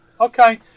Okay